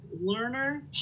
learner